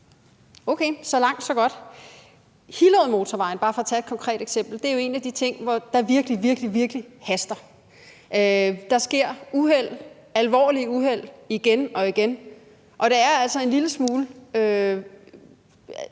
Okay, så langt, så godt. Hillerødmotorvejen, bare for at tage et konkret eksempel, er jo en af de ting, der virkelig, virkelig haster. Der sker alvorlige uheld igen og igen, og det er altså både